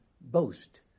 boast